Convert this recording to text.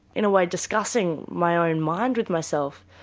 in a way, discussing my own mind with myself,